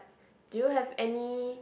do you have any